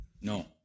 No